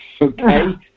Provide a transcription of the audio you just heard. Okay